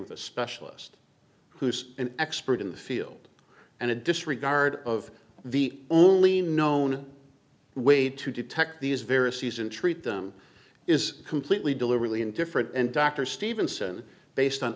with a specialist who's an expert in the field and a disregard of the only known way to detect these various use and treat them is completely deliberately indifferent and dr stevenson based on